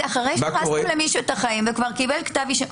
זה אחרי שהרסתם למישהו את החיים וכבר קיבל כתב אישום.